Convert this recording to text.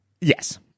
Yes